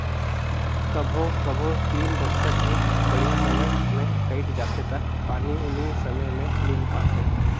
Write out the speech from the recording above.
कभों कभों तीन बच्छर भी बड़िहा समय मे कइट जाथें त पानी उनी समे मे मिल पाथे